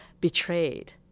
betrayed